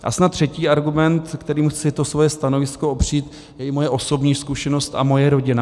A snad třetí argument, kterým chci to svoje stanovisko opřít, je i moje osobní zkušenost a moje rodina.